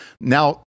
Now